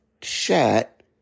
chat